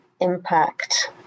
impact